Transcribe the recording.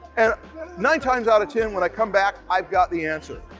and nine times out of ten when i come back, i've got the answer.